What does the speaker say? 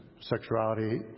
sexuality